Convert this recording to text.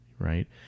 right